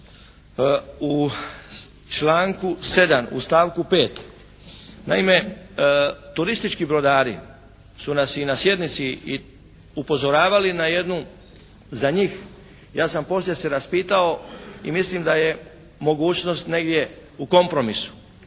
U članku 7. u stavku 5. naime turistički brodari su nas i na sjednici upozoravali na jednu za njih, ja sam poslije se raspitao i mislim da je mogućnost negdje u kompromisu.